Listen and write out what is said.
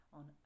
on